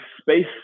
space